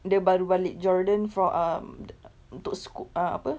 dia baru balik jordan for um untuk sch~ apa